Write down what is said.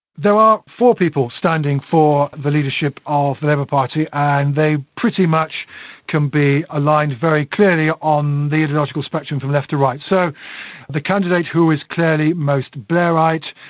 there are four people standing for the leadership of the labour party, and they pretty much can be aligned very clearly on the ideological spectrum from left to right. so the candidate who is clearly most blairite,